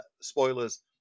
spoilers